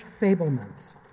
Fablemans